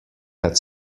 had